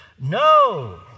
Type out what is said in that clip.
No